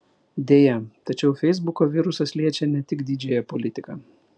deja tačiau feisbuko virusas liečia ne tik didžiąją politiką